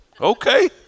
okay